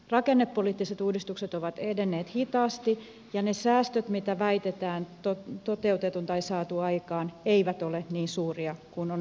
rakennepoliittiset uudistukset ovat edenneet hitaasti ja ne säästöt mitä väitetään toteutetun tai on saatu aikaan eivät ole niin suuria kuin on väitetty